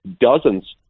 dozens